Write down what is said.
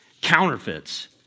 counterfeits